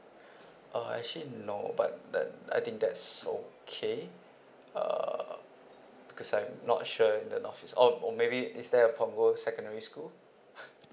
uh actually no but that I think that's okay uh because I'm not sure in the north east orh maybe is there a punggol secondary school